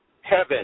Heaven